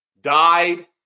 died